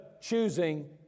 choosing